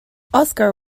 oscar